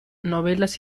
novelas